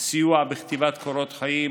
סיוע בכתיבת קורות חיים,